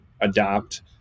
adopt